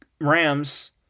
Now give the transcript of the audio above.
Rams